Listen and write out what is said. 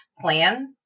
plan